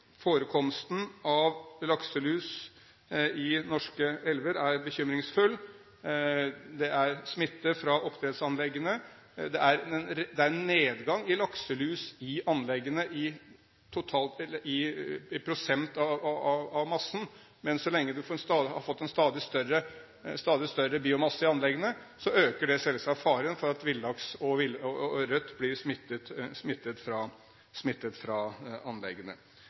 Forekomsten av lakselus i norske elver er bekymringsfull. Det er smitte fra oppdrettsanleggene. Totalt er det en nedgang i lakselus – i prosent av massen – men så lenge man har fått en stadig større biomasse i anleggene, øker det selvsagt faren for at villaks og ørret blir smittet fra